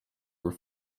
were